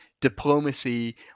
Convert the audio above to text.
diplomacy